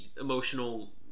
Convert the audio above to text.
emotional